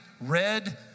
red